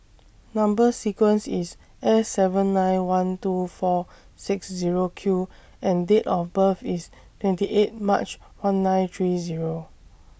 Number sequence IS S seven nine one two four six Zero Q and Date of birth IS twenty eight March one nine three Zero